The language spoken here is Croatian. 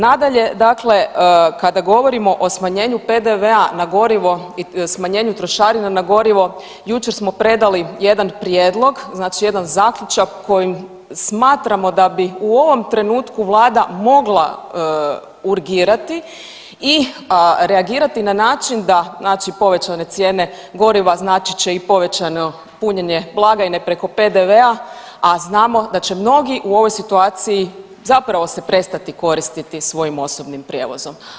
Nadalje, dakle kada govorimo o smanjenju PDV-a na gorivo i smanjenju trošarina na gorivo, jučer smo predali jedan prijedlog, znači jedan zaključak kojim smatramo da bi u ovom trenutku vlada mogla urgirati i reagirati na način da znači povećane cijene goriva znači će i povećano punjenje blagajne preko PDV-a, a znamo da će mnogi u ovoj situaciji zapravo se prestati koristiti svojim osobnim prijevozom.